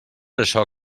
això